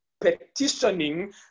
petitioning